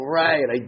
right